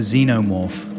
Xenomorph